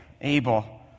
Abel